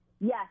Yes